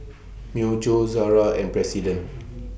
Myojo Zara and President